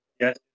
Yes